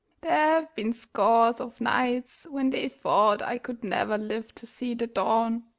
there have been scores of nights when they've thought i could never live to see the dawn,